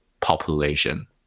population